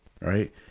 right